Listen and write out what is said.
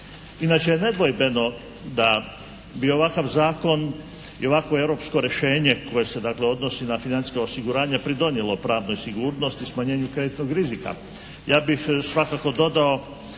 Inače je nedvojbeno da bi ovakav zakon i ovakvo europsko rješenje koje se dakle odnosi na financijsko osiguranje pridonijelo pravnoj sigurnosti i smanjenju kreditnog rizika. Ja bih svakako dodao